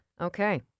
Okay